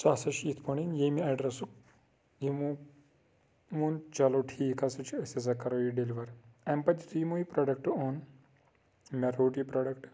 سُہ ہَسا چھِ یِتھ پٲٹھۍ ییٚمہِ ایٚڈرَسُک یِمو ووٚن چلو ٹھیٖک ہَسا چھِ أسۍ ہَسا کَرو یہِ ڈیٚلِوَر اَمہِ پَتہٕ یُتھُے یِمو یہِ پرٛوڈَکٹ اوٚن مےٚ روٚٹ یہِ پرٛوڈَکٹ